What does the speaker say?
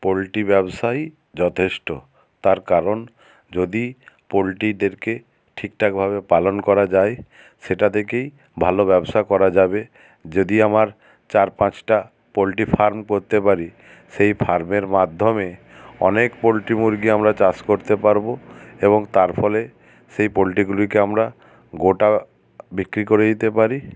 poultry ব্যবসাই যথেষ্ট তার কারণ যদি পোলট্রিদেরকে ঠিকঠাকভাবে পালন করা যায় সেটা থেকেই ভালো ব্যবসা করা যাবে যদি আমার চার পাঁচটা পোলট্রি ফার্ম করতে পারি সেই ফার্মের মাধ্যমে অনেক পোলট্রি মুরগি আমরা চাষ করতে পারবো এবং তার ফলে সেই পোলট্রিগুলিকে আমরা গোটা বিক্রি করে দিতে পারি